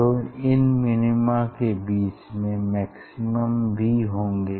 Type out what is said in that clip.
तो इन मिनिमा के बीच में मैक्सिमम भी होंगे